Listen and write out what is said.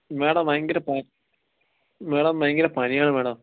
madam ഭയങ്കര പ madam ഭയങ്കര പനിയാണ് മേഡം